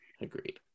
agreed